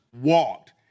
walked